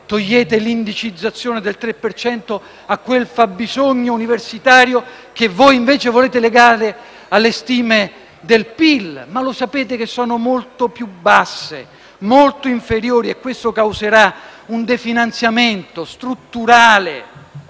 togliete l'indicizzazione del 3 per cento a quel fabbisogno universitario che voi, invece, volete legare alle stime del PIL. Ma lo sapete che sono molto più basse, molto inferiori e questo causerà un definanziamento strutturale